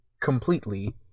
completely